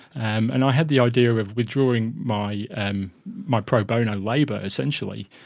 um and i had the idea of withdrawing my and my pro bono labour essentially,